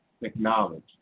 acknowledge